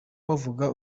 bavuga